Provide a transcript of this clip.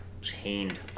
chained